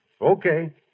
Okay